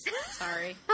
sorry